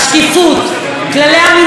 כללי המינהל התקין,